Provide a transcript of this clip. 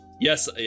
Yes